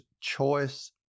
choice